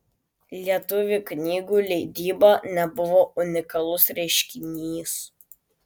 lietuvių knygų leidyba nebuvo unikalus reiškinys